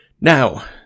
Now